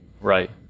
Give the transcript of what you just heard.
Right